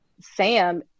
Sam